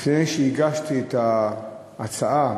לפני שהגשתי את ההצעה,